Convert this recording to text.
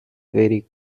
vary